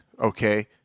Okay